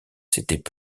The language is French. s’étaient